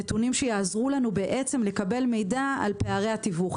נתונים שיעזרו לנו לקבל מידע על פערי התיווך.